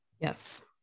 Yes